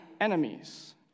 enemies